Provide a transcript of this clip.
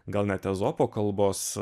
gal net ezopo kalbos